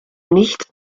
nicht